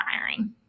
firing